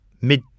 mid